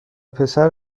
پسر